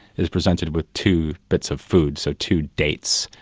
is presented with two bits of food, so two dates.